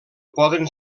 poden